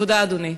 תודה, אדוני.